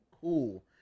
cool